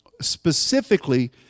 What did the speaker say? specifically